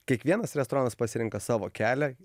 kiekvienas restoranas pasirenka savo kelią